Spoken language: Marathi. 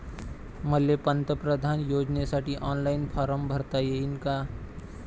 मले पंतप्रधान योजनेसाठी ऑनलाईन फारम भरता येईन का?